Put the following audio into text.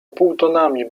półtonami